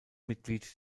mitglied